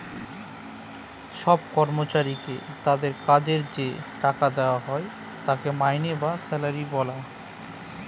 সব কর্মচারীকে তাদের কাজের যে টাকা দেওয়া হয় তাকে মাইনে বা স্যালারি বলে